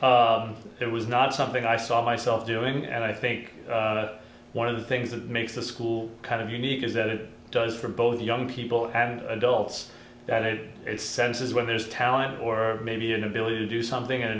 that was not something i saw myself doing and i think one of the things that makes the school kind of unique is that it does for both young people and adults that it is senses when there's talent or maybe an ability to do something and